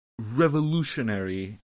revolutionary